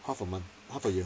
half a month half a year